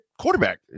quarterback